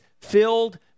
filled